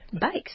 bikes